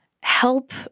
help